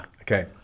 Okay